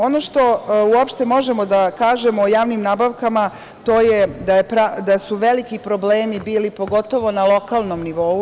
Ono što uopšte možemo da kažemo o javnim nabavkama to je da su veliki problemi bili, pogotovo na lokalnom nivou.